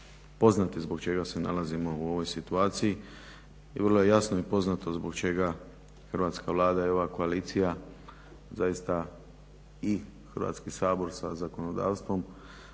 poznati zbog čega se nalazimo u ovoj situaciji, i vrlo je jasno i poznato zbog čega hrvatska Vlada i ova koalicija zaista i Hrvatski sabor sa zakonodavstvom,